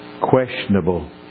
questionable